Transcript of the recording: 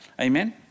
Amen